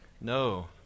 No